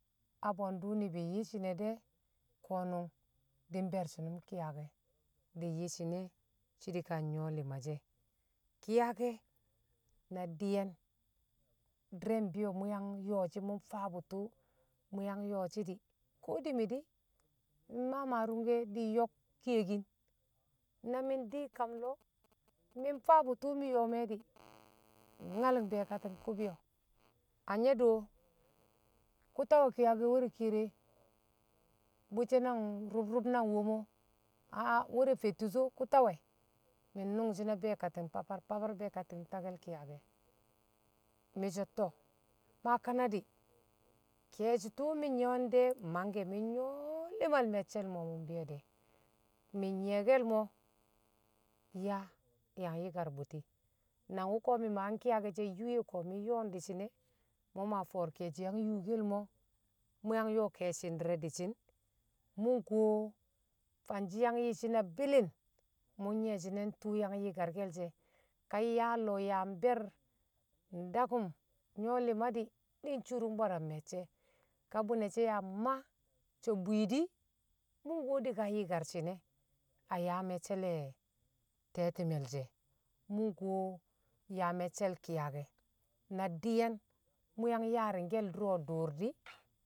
a bwe̱ndṵ ni̱bi̱ yi shi̱ne̱ de̱ ko̱nṵng di̱ mbe̱r shi̱nṵm ki̱yake̱ di̱ nyi̱shi̱ne̱ shi̱ di̱ kan myṵwo̱ li̱ma she̱, ki̱yake̱ na di̱ye̱n di̱re̱ mbi̱yo̱ mṵ yang yo̱o̱shi̱ mṵ mfaabṵ ttri̱ṵ mṵ yang yo̱o̱shi̱ di̱ di̱mi̱ di̱ mi̱ ma ma rungke̱ di̱ kiyekin na mi ndi kam lo̱ mi̱ mfaabṵ tnṵ mi̱ yo̱o̱m e di̱ mi nyal be̱e̱kati̱ng kṵ bi̱yo̱ anyo do̱ kṵ tawe ki̱yake were kere bṵcce̱ rṵb rṵb nang wom o̱ were fettus o̱ kṵtṵwe mi nnṵngshi̱ na be̱e̱kati̱ng fafar fafar be̱e̱kati̱ng nyakke̱l ki̱yake̱ mi bo maa kadani ke̱e̱shi̱ tṵṵ mi̱ n ji̱jen de̱ mangke̱ mi̱ nyṵwo li̱mal me̱cce̱l mo̱ mṵ mbi̱yo̱di̱ mi̱ njiye̱ke̱l mo̱ yaa yaa yi̱kar bitti nang wṵko̱ mi̱ kiyake̱ she yṵṵ je̱ ko̱ mi̱ nyo̱o̱n di̱shi̱n e̱ mṵ fo̱o̱r ke̱e̱e̱shi̱ yang yṵṵke̱l mo̱ mṵ yang yo̱o̱ ke̱e̱shi̱ ndi̱re̱ di̱shi̱n, mṵ nkuwo farshi yang yi̱shi̱ na bilin mṵ nyi̱ye̱ shi̱ne̱ ntu yang yi̱karkel she̱, ka nyaa lo̱ yambe̱r ndakṵm nyṵwo̱ lo̱ma di̱ lurang bwaram me̱cce̱, ka bṵnashe̱ ya ma so̱ bwi̱i̱di̱ mṵ nkuwo dika nyi̱kar shi̱ne̱ a yaa me̱cce̱ le̱ te̱lime̱l she̱, mṵ kuwo yaa me̱cce̱l ki̱yake̱ na di̱ ye̱n mṵ yang yaani̱ngke̱l dṵro̱ dṵṵr di̱.